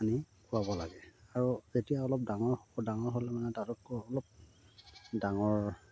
আনি খোৱাব লাগে আৰু যেতিয়া অলপ ডাঙৰ ডাঙৰ হ'লে মানে তাতকৈ অলপ ডাঙৰ